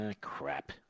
crap